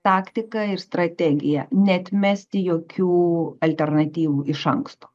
taktika ir strategija neatmesti jokių alternatyvų iš anksto